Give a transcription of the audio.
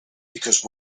because